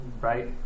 right